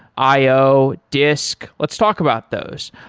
i o, disk. let's talk about those.